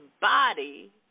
body